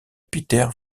pieter